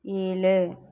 ஏழு